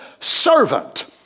servant